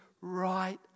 right